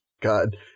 God